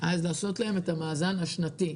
אז לעשות להם את המאזן השנתי.